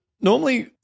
normally